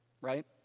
right